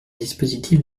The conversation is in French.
dispositif